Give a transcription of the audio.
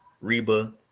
Reba